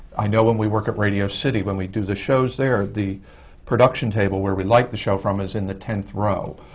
i know when we work at radio city, when we do the shows there, the production table where we light the show from is in the tenth row.